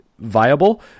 viable